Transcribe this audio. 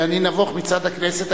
ואני נבוך מצד הכנסת.